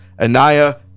Anaya